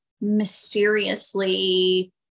mysteriously